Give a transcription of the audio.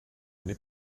eine